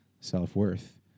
self-worth